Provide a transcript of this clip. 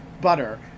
butter